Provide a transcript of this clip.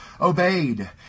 obeyed